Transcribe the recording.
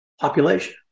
population